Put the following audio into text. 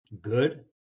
good